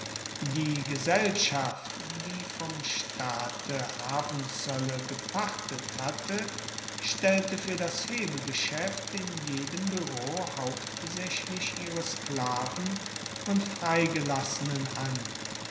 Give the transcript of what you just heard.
die gesellschaft die vom staate hafenzoelle gepachtet hatte stellte fuer das hebegeschaeft in jedem bureau hauptsaechlich ihre sklaven und freigelassenen an